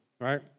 right